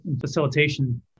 facilitation